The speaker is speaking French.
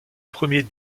premier